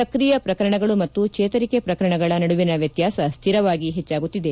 ಸಕ್ರಿಯ ಪ್ರಕರಣಗಳು ಮತ್ತು ಚೇತರಿಕೆ ಪ್ರಕರಣಗಳ ನಡುವಿನ ವ್ಯತ್ಯಾಸ ಶ್ಲಿರವಾಗಿ ಹೆಚ್ಚಾಗುತ್ತಿದೆ